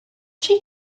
she